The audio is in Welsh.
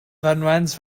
fynwent